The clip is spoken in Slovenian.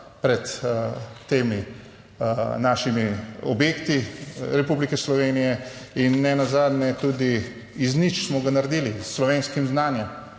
pred temi našimi objekti Republike Slovenije in nenazadnje tudi iz nič smo ga naredili, s slovenskim znanjem.